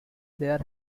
there